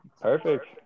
perfect